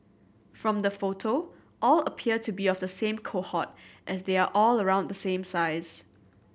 from the photo all appear to be of the same cohort as they are all around the same size